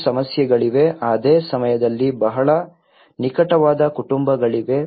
ಕೆಲವು ಸಮಸ್ಯೆಗಳಿವೆ ಅದೇ ಸಮಯದಲ್ಲಿ ಬಹಳ ನಿಕಟವಾದ ಕುಟುಂಬಗಳಿವೆ